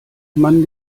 man